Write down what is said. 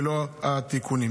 ללא התיקונים.